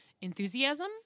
enthusiasm